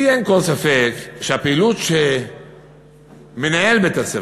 לי אין כל ספק שהפעילות של מנהל בית-הספר,